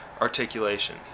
articulation